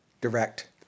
direct